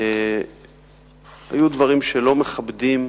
היו דברים שלא מכבדים.